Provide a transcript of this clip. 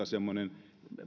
semmoinen